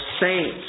saints